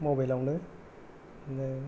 mobile